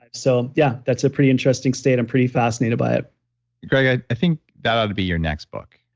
so yeah, that's a pretty interesting state, i'm pretty fascinated by it greg, i think that ought to be your next book.